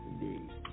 indeed